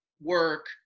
work